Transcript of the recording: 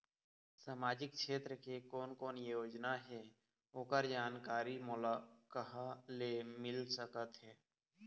सामाजिक क्षेत्र के कोन कोन योजना हे ओकर जानकारी मोला कहा ले मिल सका थे?